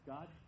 God